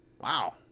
Wow